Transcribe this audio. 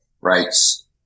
rights